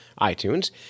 iTunes